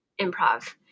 improv